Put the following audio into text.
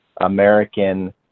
American